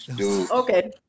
Okay